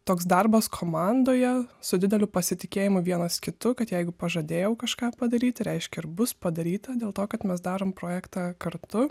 toks darbas komandoje su dideliu pasitikėjimu vienas kitu kad jeigu pažadėjau kažką padaryti reiškia ir bus padaryta dėl to kad mes darom projektą kartu